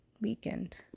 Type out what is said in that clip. weekend